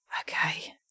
Okay